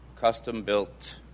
custom-built